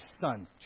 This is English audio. son